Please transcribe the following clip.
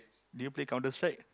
do you play Counter Strike